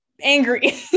angry